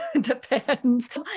Depends